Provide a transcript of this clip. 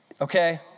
Okay